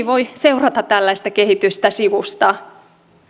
voi seurata tällaista kehitystä sivusta